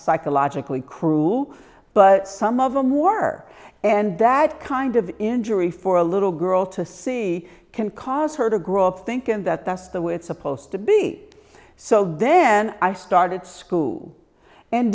psychologically cruel but some of them more and that kind of injury for a little girl to see can cause her to grow up thinking that that's the way it's supposed to be so then i started school and